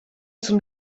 zum